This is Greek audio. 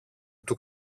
του